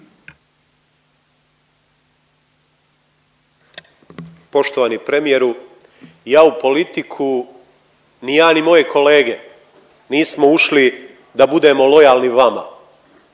Poštovani premijeru, ja u politiku ni ja ni moje kolege nismo ušli da budemo lojalni vama,